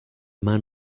man